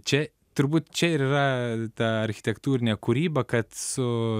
čia turbūt čia ir yra ta architektūrinė kūryba kad su